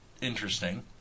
interesting